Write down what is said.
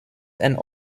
and